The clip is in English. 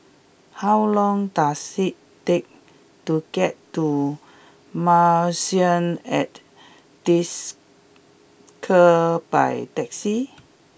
how long does it take to get to Marrison at Desker by taxi